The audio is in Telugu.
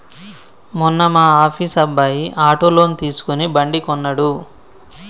మొన్న మా ఆఫీస్ అబ్బాయి ఆటో లోన్ తీసుకుని బండి కొన్నడు